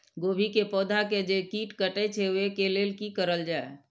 गोभी के पौधा के जे कीट कटे छे वे के लेल की करल जाय?